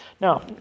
Now